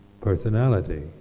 personality